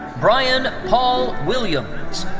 bryan paul williams.